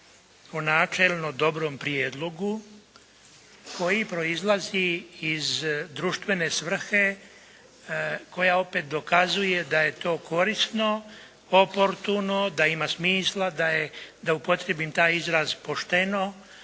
načelno dobrom prijedlogu koji proizlazi iz društvene svrhe koja opet dokazuje da je to korisno, oportuno, da ima smisla. Da je, da upotrijebim taj izraz pošteno